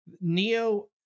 Neo